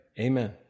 Amen